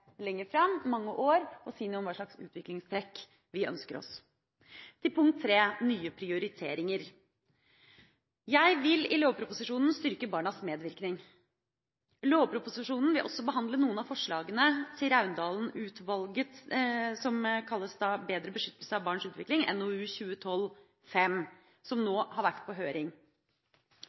mange år lengre fram og si noe om hva slags utviklingstrekk vi ønsker oss. Til punkt 3, nye prioriteringer: Jeg vil i lovproposisjonen styrke barnas medvirkning. Lovproposisjonen vil også behandle noen av forslagene til Raundalen-utvalgets innstilling, Bedre beskyttelse av barns utvikling – NOU 2012: 5 – som nå har vært på høring.